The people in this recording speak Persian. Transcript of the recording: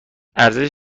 ارزش